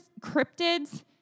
cryptids